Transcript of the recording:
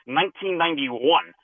1991